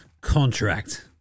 contract